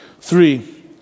Three